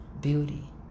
Beauty